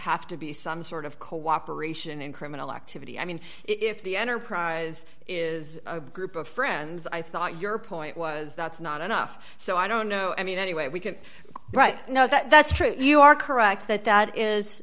have to be some sort of cooperation in criminal activity i mean if the enterprise is a group of friends i thought your point was that's not enough so i don't know i mean any way we can write no that's true you are correct that that is